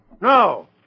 No